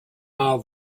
all